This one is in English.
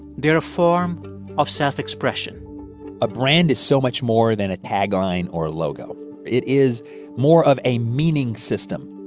they're a form of self-expression a brand is so much more than a tagline or a logo it is more of a meaning system.